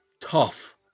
tough